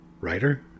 writer